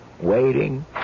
waiting